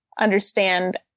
understand